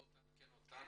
תעדכן אותנו,